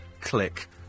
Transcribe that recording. click